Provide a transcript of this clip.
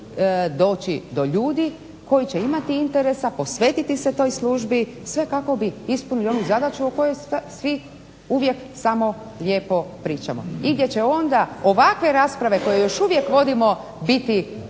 doći do ljudi koji će imati interesa posvetiti se toj službi sve kako bi mogli ispuniti onu zadaću o kojoj svi samo uvijek lijepo pričamo. I gdje će onda ovakve rasprave koje još uvijek vodimo biti